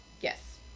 Yes